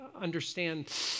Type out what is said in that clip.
understand